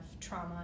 trauma